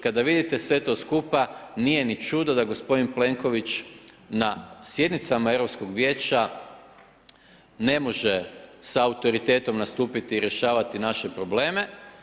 Kada vidite sve to skupa, nije ni čudo da gospodin Plenković, na sjednicama Europskog vijeća, ne može sa autoritetom nastupiti i rješavati naše probleme.